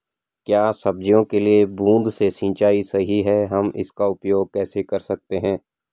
क्या सब्जियों के लिए बूँद से सिंचाई सही है हम इसका उपयोग कैसे कर सकते हैं?